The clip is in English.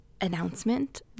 announcement